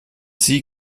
sie